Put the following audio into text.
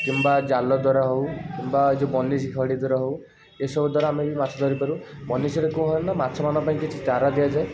କିମ୍ବା ଜାଲ ଦ୍ୱାରା ହେଉ କିମ୍ବା ବନିସୀ ଖରିଡ଼ି ଦ୍ୱାରା ହେଉ ଏସବୁ ଦ୍ୱାରା ଆମେ ବି ମାଛ ଧରିପାରୁ ବନିସୀରେ କ'ଣ ହୁଏ ନା ମାଛ ମାନଙ୍କ ପାଇଁ କିଛି ଚାରା ଦିଆଯାଏ